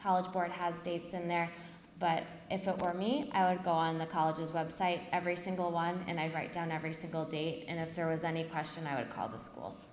college board has dates in there but if it were me i would go on the college's web site every single one and i would write down every single date and if there was any question i would call the school